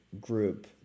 group